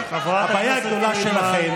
חושב שלא מעניין אותנו?